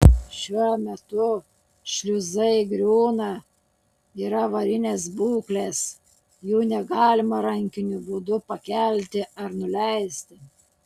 šiuo metu šliuzai griūna yra avarinės būklės jų negalima rankiniu būdu pakelti ar nuleisti